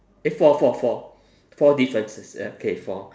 eh four four four four differences okay four